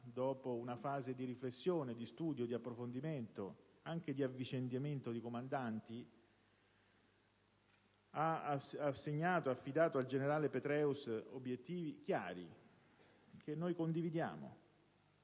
dopo una fase di riflessione, di studio, di approfondimento e anche di avvicendamento di comandanti, ha affidato al generale Petraeus obiettivi chiari, che noi condividiamo: